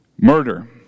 Murder